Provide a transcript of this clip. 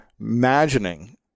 imagining